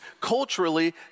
culturally